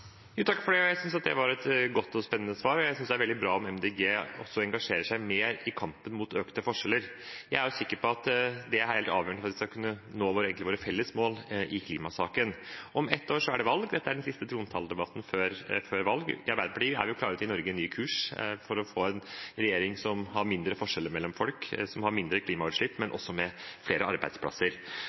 Takk for det. Jeg synes det var et godt og spennende svar, og jeg synes det er veldig bra om Miljøpartiet De Grønne også engasjerer seg mer i kampen mot økte forskjeller. Jeg er sikker på at det er helt avgjørende for at vi skal kunne nå våre felles mål i klimasaken. Om ett år er det valg. Dette er den siste trontaledebatten før valget. I Arbeiderpartiet er vi klare til å gi Norge en ny kurs for å få en regjering som vil ha mindre forskjeller mellom folk og mindre klimautslipp, men også flere arbeidsplasser.